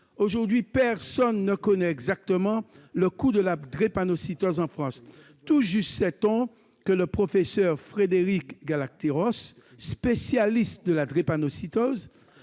Aujourd'hui, personne ne connaît exactement le coût de la drépanocytose en France. On sait tout juste que le professeur Frédéric Galacteros, spécialiste de la drépanocytose,